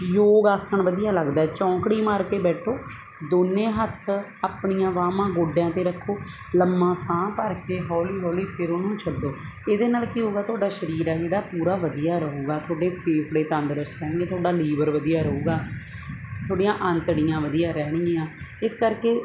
ਯੋਗ ਆਸਣ ਵਧੀਆ ਲੱਗਦਾ ਚੌਂਕੜੀ ਮਾਰ ਕੇ ਬੈਠੋ ਦੋਵੇਂ ਹੱਥ ਆਪਣੀਆਂ ਬਾਹਾਂ ਗੋਡਿਆਂ 'ਤੇ ਰੱਖੋ ਲੰਬਾ ਸਾਹ ਭਰ ਕੇ ਹੌਲੀ ਹੌਲੀ ਫਿਰ ਉਹਨੂੰ ਛੱਡੋ ਇਹਦੇ ਨਾਲ ਕੀ ਹੋਵੇਗਾ ਤੁਹਾਡਾ ਸਰੀਰ ਹੈ ਜਿਹੜਾ ਪੂਰਾ ਵਧੀਆ ਰਹੂਗਾ ਤੁਹਾਡੇ ਫੇਫੜੇ ਤੰਦਰੁਸਤ ਰਹਿਣਗੇ ਤੁਹਾਡਾ ਲੀਵਰ ਵਧੀਆ ਰਹੂਗਾ ਤੁਹਾਡੀਆਂ ਅੰਤੜੀਆਂ ਵਧੀਆ ਰਹਿਣਗੀਆਂ ਇਸ ਕਰਕੇ